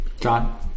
John